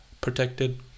protected